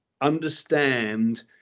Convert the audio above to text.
understand